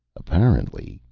apparently,